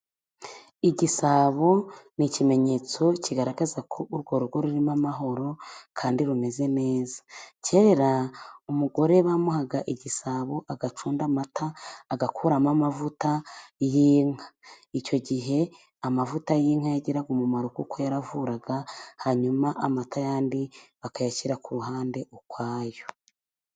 Igisabo ni ikimenyetso kigaragaza ko urwo rugo rurimo amahoro kandi rumeze neza. Kera umugore bamuhaga igisabo agacunda amata, agakuramo amavuta y'inka. Icyo gihe amavuta y'inka yagiraga umumaro, kuko yaravuraga. Hanyuma amata yandi akayashyira ku ruhande ukwayo.